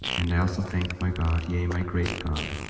and i also thank my god, yea, my great god,